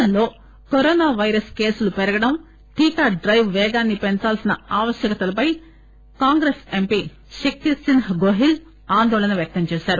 దేశంలో corona virus కేసులు పెరగడం టీకా డైవ్ వేగాన్ని పెంచాల్సిన ఆవశ్యకతపై కాంగ్రెస్ ఎంపీ శక్తిసింహ్ గోహిల్ ఆందోళన వ్యక్తం చేశారు